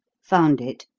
found it,